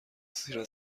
زیرا